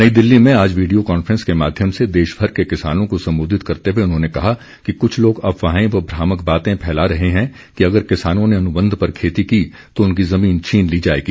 नई दिल्ली में आज वीडियो कॉन्फ्रेंस के माध्यम से देशभर के किसानों को संबोधित करते हुए उन्होंने कहा कि कुछ लोग अफवाहें व भ्रामक बातें फैला रहे हैं कि अगर किसानों ने अनुबंध पर खेती की तो उनकी जमीन छीन ली जाएगी